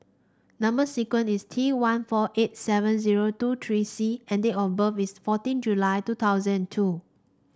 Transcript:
number sequence is T one four eight seven zero two three C and date of birth is fourteen July two thousand and two